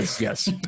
yes